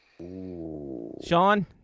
Sean